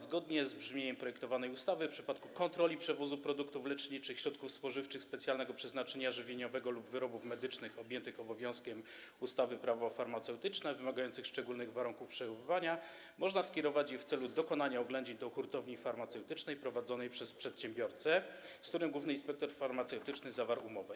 Zgodnie z brzmieniem projektowanej ustawy w przypadku kontroli przewozu produktów leczniczych, środków spożywczych specjalnego przeznaczenia żywieniowego lub wyrobów medycznych objętych obowiązkiem wynikającym z ustawy Prawo farmaceutyczne, wymagających szczególnych warunków przechowywania, można skierować je w celu dokonania oględzin do hurtowni farmaceutycznej prowadzonej przez przedsiębiorcę, z którym główny inspektor farmaceutyczny zawarł umowę.